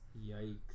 yikes